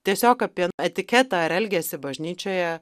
tiesiog apie etiketą ar elgesį bažnyčioje